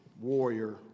warrior